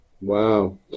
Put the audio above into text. Wow